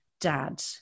dad